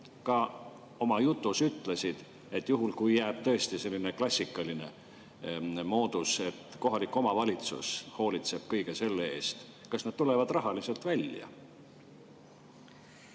nad oma jutu sees ütlesid, et juhul, kui jääb tõesti selline klassikaline moodus, et kohalik omavalitsus hoolitseb kõige selle eest, siis kas nad tulevad rahaliselt välja?